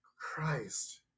christ